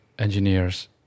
engineers